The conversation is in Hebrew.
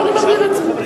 עכשיו אני מבהיר את זה.